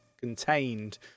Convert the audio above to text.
contained